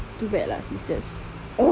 too bad lah he's just ugh